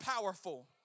powerful